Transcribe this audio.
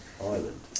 island